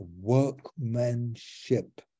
workmanship